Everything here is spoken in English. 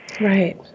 Right